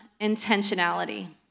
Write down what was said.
intentionality